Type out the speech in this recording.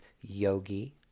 Yogi